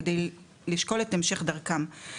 כדי לשקול את המשך דרכם,